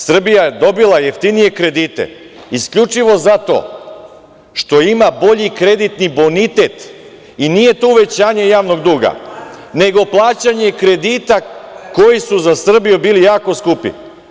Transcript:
Srbija je dobila jeftinije kredite isključivo zato što ima bolji kreditni bonitet i nije to uvećanje javnog duga, nego plaćanje kredita koji su za Srbiju bili jako skupi.